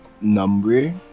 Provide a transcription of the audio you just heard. number